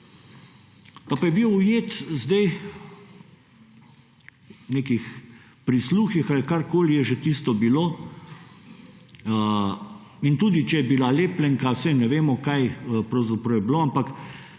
Pa je bil ujet zdaj v nekih prisluhih ali karkoli je že tisto bilo in tudi, če je bila lepljenka, saj ne vemo kaj pravzaprav je bilo, ampak